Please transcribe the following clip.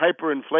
hyperinflation